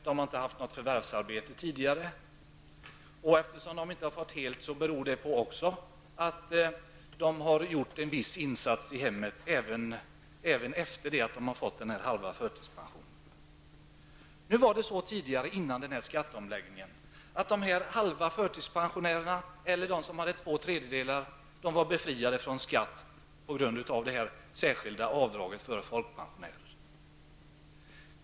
De har inte kunna få hel förtidspension, eftersom de inte tidigare förvärvsarbetat eller för att de fortsatt att utföra visst arbete i hemmet även efter sin halva förtidspension. Före skatteomläggningen var de halvt eller till två tredjedelar förtidspensionerade befriade från skatt på grund av det särskilda avdraget för folkpensionärer.